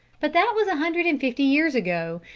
but that was a hundred and fifty years ago,